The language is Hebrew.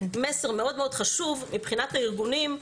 מסר מאוד מאוד חשוב מבחינת הארגונים,